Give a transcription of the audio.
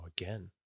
again